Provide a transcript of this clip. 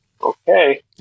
okay